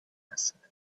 answered